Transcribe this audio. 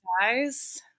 guys